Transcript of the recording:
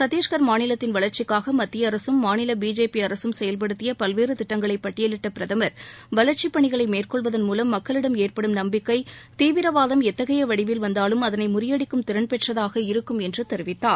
சத்தீஸ்கர் மாநிலத்தின் வளர்ச்சிக்காக மத்திய அரசும் மாநில பிஜேபி அரசும் செயல்படுத்திய பல்வேறு திட்டங்களை பட்டியலிட்ட பிரதமர் வளர்ச்சிப் பணிகளை மேற்கொள்வதன் மூலம் மக்களிடம் ஏற்படும் நம்பிக்கை தீவிரவாதம் எத்தகைய வடிவில் வந்தாலும் அதனை முறியடிக்கும் திறன் பெற்றதாக இருக்கும் என்று தெரிவித்தார்